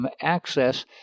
access